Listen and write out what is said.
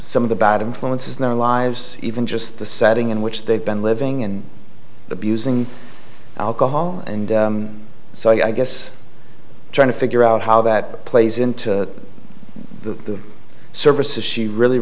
some of the bad influences now lives even just the setting in which they've been living and abusing alcohol and so i guess trying to figure out how that plays into the services she really